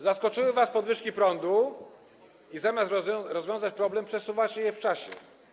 Zaskoczyły was podwyżki prądu i zamiast rozwiązać problem, przesuwacie go w czasie.